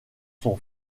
son